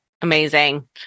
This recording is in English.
Amazing